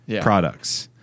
products